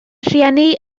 rieni